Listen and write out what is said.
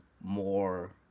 more